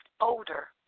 older